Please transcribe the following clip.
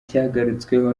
cyagarutsweho